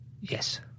Yes